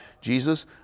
Jesus